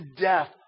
death